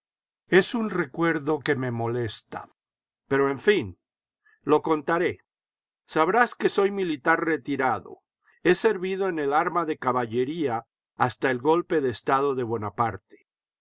es un recuerdo que me molesta pero en fin lo contaré sabrás que soy militar retirado he servido en el arma de caballería hasta el golpe de estado de